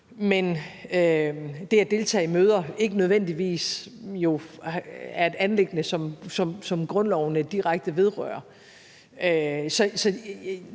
hvor det at deltage i møder ikke nødvendigvis er et anliggende, som grundlovene direkte vedrører.